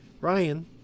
ryan